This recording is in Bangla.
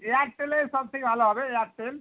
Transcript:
এয়ারটেলে সবথেকে ভালো হবে এয়ারটেল